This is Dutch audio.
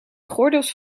gordels